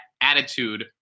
attitude